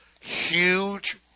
huge